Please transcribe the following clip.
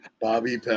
Bobby